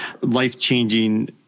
life-changing